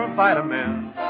vitamins